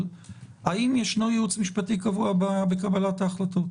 האם יש ייעוץ משפטי קבוע בקבלת ההחלטות?